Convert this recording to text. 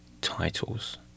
titles